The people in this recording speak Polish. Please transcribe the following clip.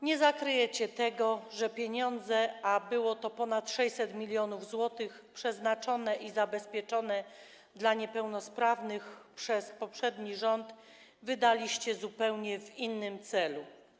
Nie zakryjecie tego, że pieniądze - a było to ponad 600 mln zł - przeznaczone i zabezpieczone dla niepełnosprawnych przez poprzedni rząd wydaliście na zupełnie inny cel.